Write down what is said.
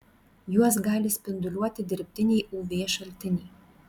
juos gali spinduliuoti dirbtiniai uv šaltiniai